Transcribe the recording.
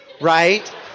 right